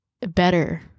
better